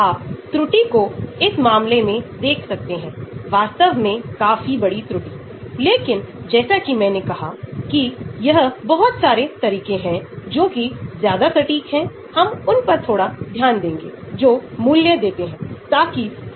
aromatic पदार्थ के लिए सिग्मा को बेंजोइक एसिड के साथ प्रतिस्थापित बेंजोइक एसिड के dissociation constant की तुलना करके मापा जाता है